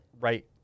right